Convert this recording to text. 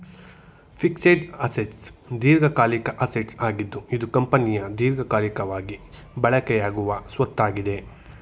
fixed assets ದೀರ್ಘಕಾಲಿಕ assets ಆಗಿದ್ದು ಇದು ಕಂಪನಿಯ ದೀರ್ಘಕಾಲಿಕವಾಗಿ ಬಳಕೆಯಾಗುವ ಸ್ವತ್ತಾಗಿದೆ